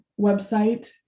website